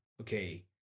okay